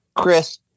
Chris